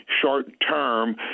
short-term